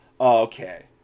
okay